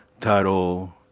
title